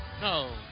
No